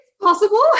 Possible